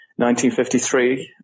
1953